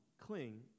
cling